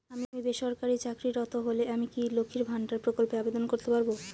আমি বেসরকারি চাকরিরত হলে আমি কি লক্ষীর ভান্ডার প্রকল্পে আবেদন করতে পারব?